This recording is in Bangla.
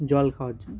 জল খাওয়ার জন্যে